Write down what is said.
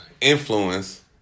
influence